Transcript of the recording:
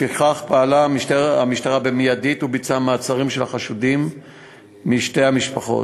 לפיכך פעלה המשטרה מיידית וביצעה מעצרים של החשודים משתי המשפחות.